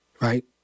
Right